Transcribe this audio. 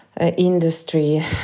industry